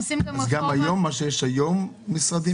אז רק למה שקיים היום?